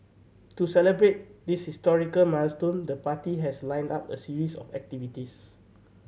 to celebrate this historical milestone the party has lined up a series of activities